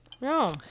No